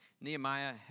nehemiah